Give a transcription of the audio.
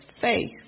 faith